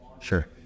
Sure